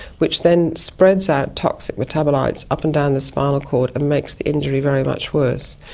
which then spreads out toxic metabolites up and down the spinal cord and makes the injury very much worse.